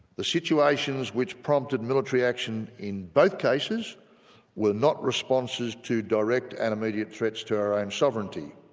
the situations which prompted military action in both cases were not responses to direct and immediate threats to our own sovereignty,